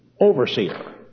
overseer